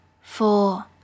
four